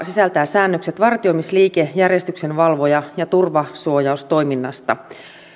sisältää säännökset vartioimisliike järjestyksenvalvoja ja turvasuojaustoiminnasta